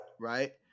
right